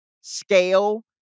scale